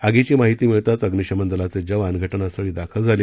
आगीची माहिती मिळताच अग्निशमन दलाचे जवान घटनास्थळी दाखल झाले